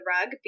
rug